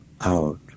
out